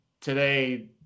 today